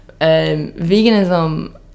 veganism